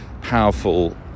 powerful